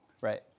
Right